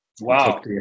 Wow